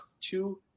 two